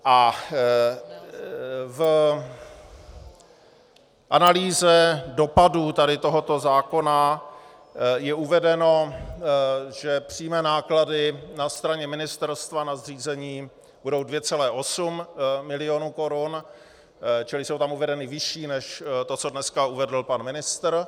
V analýze dopadů tohoto zákona je uvedeno, že přímé náklady na straně ministerstva na zřízení budou 2,8 milionu korun, čili jsou uvedeny vyšší než to, co dneska uvedl pan ministr.